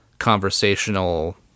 conversational